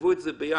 תכתבו את זה ביחד.